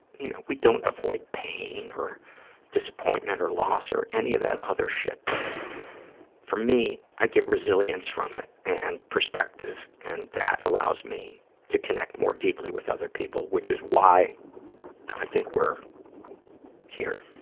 you know, we don't avoid pain or disappointment or loss or any of that other shit, but for me, i get resilience from it and perspective, and that allows me to connect more deeply with other people, which is why i think we're here,